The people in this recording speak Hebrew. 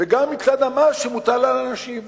וגם מצד המס שמוטל על האנשים.